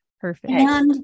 perfect